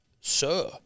sir